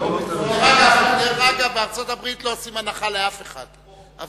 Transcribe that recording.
דרך אגב, בארצות-הברית לא עושים הנחה לאף אחד.